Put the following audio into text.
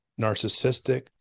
narcissistic